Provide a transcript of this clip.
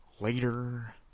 Later